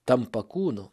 tampa kūnu